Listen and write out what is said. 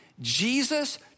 Jesus